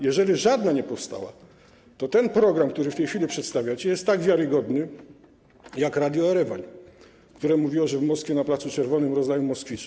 Jeżeli żadna nie powstała, to ten program, który w tej chwili przedstawiacie, jest tak wiarygodny jak Radio Erewań, które mówiło, że w Moskwie na Placu Czerwonym rozdają moskwicze.